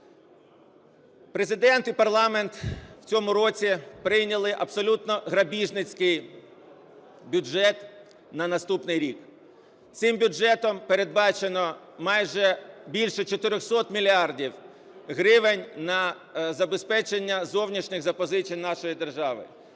Президент і парламент в цьому році прийняли абсолютно грабіжницький бюджет на наступний рік. Цим бюджетом передбачено майже більше 400 мільярдів гривень на забезпечення зовнішніх запозичень нашої держави.